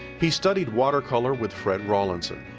he studied watercolor with fred rollinson,